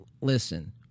listen